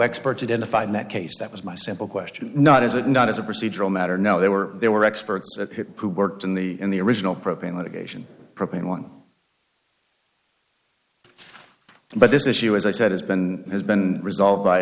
expert in the fight in that case that was my simple question not is it not as a procedural matter no they were there were experts who worked in the in the original propane litigation propane one but this issue as i said has been has been resolved by